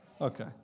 Okay